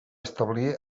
establir